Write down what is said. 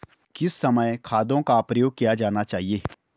किस समय खादों का प्रयोग किया जाना चाहिए?